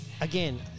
again